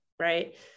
right